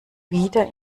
wieder